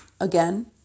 Again